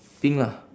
pink lah